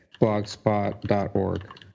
blogspot.org